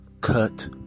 Cut